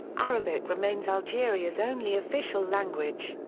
arabic remains algeria's only official language,